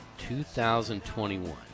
2021